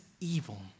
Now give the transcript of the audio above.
evil